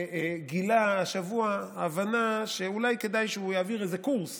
גילה השבוע הבנה, שאולי כדאי שהוא יעביר איזה קורס